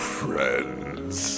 friends